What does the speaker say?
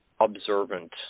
observant